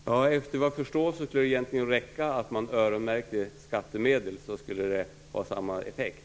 Herr talman! Såvitt jag förstår skulle det egentligen räcka med att man öronmärkte skattemedel. Det skulle få samma effekt.